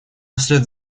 вслед